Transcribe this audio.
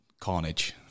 carnage